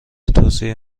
توصیه